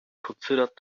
considered